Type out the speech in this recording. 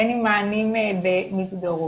בין אם מענים במסגרות,